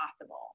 possible